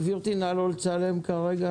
גברתי, נא לא לצלם כרגע